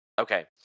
Okay